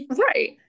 Right